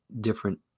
different